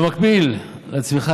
במקביל לצמיחה,